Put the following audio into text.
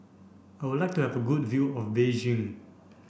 I would like to have a good view of Beijing